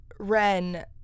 Ren